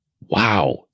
wow